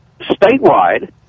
statewide